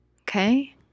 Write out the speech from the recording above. Okay